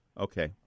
Okay